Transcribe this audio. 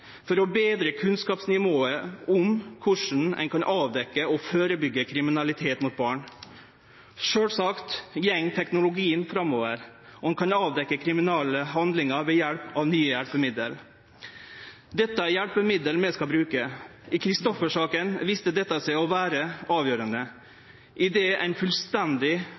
for å betre kunnskapsnivået om korleis ein kan avdekkje og førebyggje kriminalitet mot barn. Sjølvsagt går teknologien framover, og ein kan avdekkje kriminelle handlingar ved hjelp av nye hjelpemiddel. Dette er hjelpemiddel vi skal bruke. I Christoffer-saka viste dette seg å vere avgjerande, idet ei fullstendig